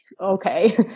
okay